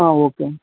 okay